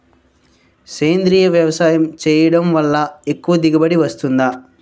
సేంద్రీయ వ్యవసాయం చేయడం వల్ల ఎక్కువ దిగుబడి వస్తుందా?